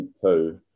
two